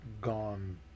gone